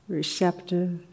receptive